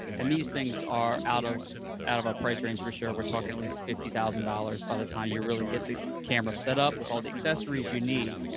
and these things are out of out of our price range for sure. we're talking at least fifty thousand dollars by the time you really get the camera set up with all the accessories you need.